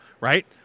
Right